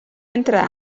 entre